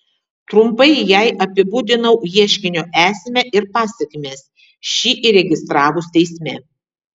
trumpai jai apibūdinau ieškinio esmę ir pasekmes šį įregistravus teisme